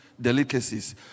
delicacies